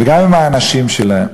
וגם עם האנשים שלהם,